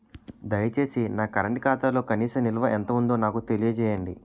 దయచేసి నా కరెంట్ ఖాతాలో కనీస నిల్వ ఎంత ఉందో నాకు తెలియజేయండి